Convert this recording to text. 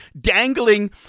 dangling